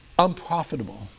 unprofitable